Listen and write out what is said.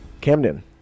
Camden